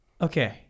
Okay